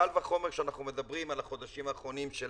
קל וחומר כשאנחנו מדברים על החודשים האחרונים של